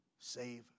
save